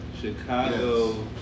Chicago